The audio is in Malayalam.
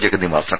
ജഗന്നിവാസൻ